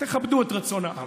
תכבדו את רצון העם.